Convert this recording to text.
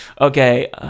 Okay